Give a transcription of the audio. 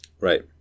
Right